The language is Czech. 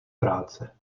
práce